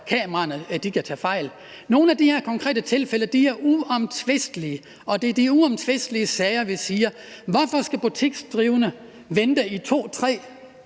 kameraerne kan tage fejl. Nogle af de her konkrete tilfælde er uomtvistelige, og det er i de uomtvistelige sager, hvor vi siger: Hvorfor skal butiksdrivende vente i 2,